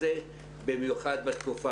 זה מתייחס לעבודה של ביטוח הלאומי שנמצא בעומס